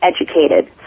educated